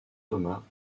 thomas